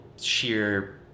sheer